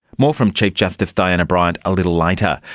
more from chief justice diana bryant a little later.